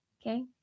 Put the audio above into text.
okay